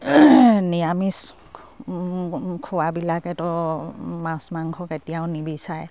নিৰামিষ খোৱাবিলাকেতো মাছ মাংস কেতিয়াও নিবিচাৰে